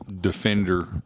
defender